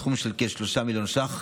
בסכום של כ-3 מיליון ש"ח